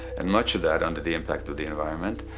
and much of that under the impact of the environment.